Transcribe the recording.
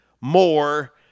more